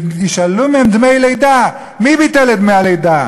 שיישללו מהן דמי לידה, מי ביטל את דמי הלידה?